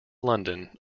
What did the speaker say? london